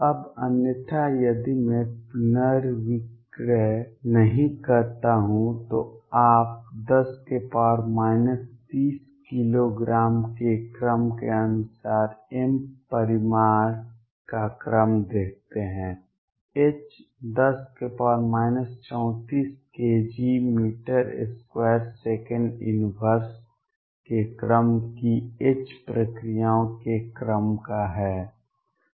अब अन्यथा यदि मैं पुनर्विक्रय नहीं करता हूं तो आप 10 30 किलोग्राम के क्रम के अनुसार m परिमाण का क्रम देखते हैं h 10 34 K G metre square second inverse के क्रम की h प्रक्रियाओं के क्रम का है